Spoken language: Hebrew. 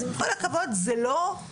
אז עם כל הכבוד, זה לא חו"ל,